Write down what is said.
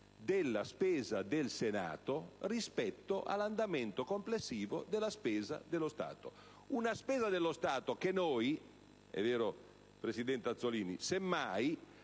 della spesa del Senato rispetto all'andamento complessivo della spesa dello Stato. Una spesa dello Stato che noi - è vero presidente Azzollini? - semmai